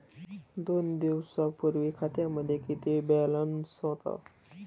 दोन दिवसांपूर्वी खात्यामध्ये किती बॅलन्स होता?